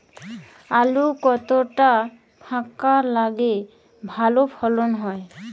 আলু কতটা ফাঁকা লাগে ভালো ফলন হয়?